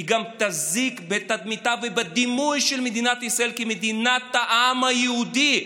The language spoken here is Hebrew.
היא תזיק גם לתדמיתה ולדימוי של מדינת ישראל כמדינת העם היהודי,